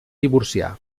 divorciar